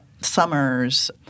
summers